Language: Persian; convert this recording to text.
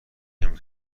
نمی